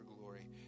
glory